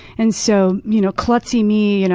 and so you know klutzy me, you know